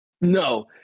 No